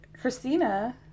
Christina